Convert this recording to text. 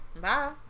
Bye